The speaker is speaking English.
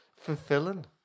fulfilling